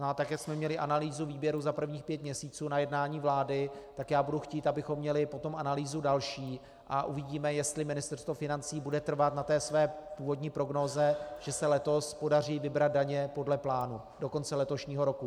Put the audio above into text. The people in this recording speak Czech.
To znamená, tak jak jsme měli analýzu výběru za prvních pět měsíců na jednání vlády, tak já budu chtít, abychom měli potom analýzu další, a uvidíme, jestli Ministerstvo financí bude trvat na své původní prognóze, že se letos podaří vybrat daně podle plánu do konce letošního roku.